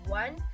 one